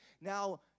now